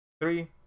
Three